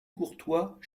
courtois